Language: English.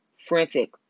Frantic